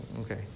okay